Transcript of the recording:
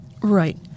Right